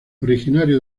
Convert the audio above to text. originario